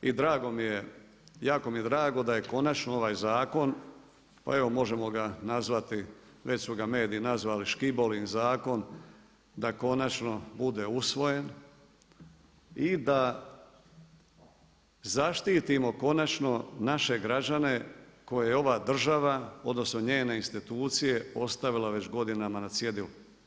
I drago mi je, jako mi je drago da je konačno ovaj zakon, pa evo možemo ga nazvati, već su ga mediji nazvali Škibolin zakon da konačno bude usvojen i da zaštitimo konačno naše građane koje je ova država odnosno njene institucije ostavile već godinama na cjedilu.